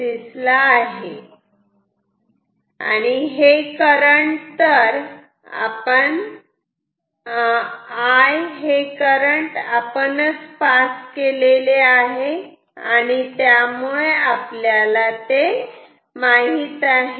आणि आता हे करंट I आपण च पास केले आहे ते आपल्याला माहित आहे